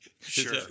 Sure